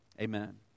amen